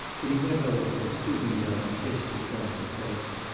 but he went over and, stooping down, kissed her trembling face.